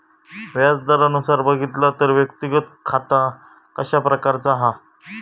व्याज दरानुसार बघितला तर व्यक्तिगत खाता कशा प्रकारचा हा?